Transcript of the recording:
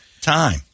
time